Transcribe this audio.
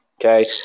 okay